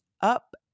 up